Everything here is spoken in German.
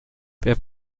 wer